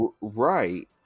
right